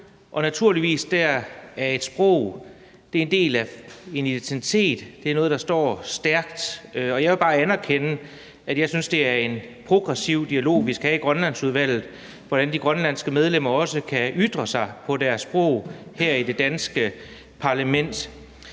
er naturligvis en del af en identitet; det er noget, der står stærkt. Og jeg vil bare anerkende, at det er en progressiv dialog, vi skal have i Grønlandsudvalget, om, hvordan de grønlandske medlemmer også kan ytre sig på deres sprog her i det danske parlament.